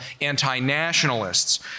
anti-nationalists